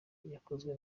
yakozwe